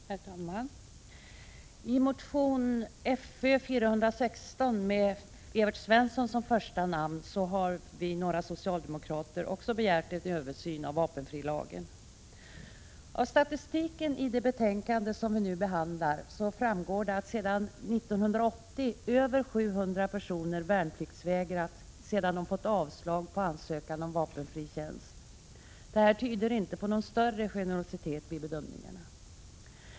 Herr talman! I motion Fö416 med Evert Svensson som första namn har vi, några socialdemokrater, också begärt en översyn av vapenfrilagen. Av statistiken i det betänkande som vi nu behandlar framgår att sedan 1980 över 700 personer värnpliktsvägrat sedan de fått avslag på ansökan om vapenfri tjänst. Detta tyder inte på någon större generositet vid bedömningarna.